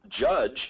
judge